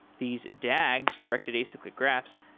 these dags, directed acyclic graphs,